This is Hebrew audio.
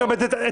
לא, לא.